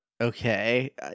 Okay